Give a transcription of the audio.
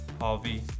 Harvey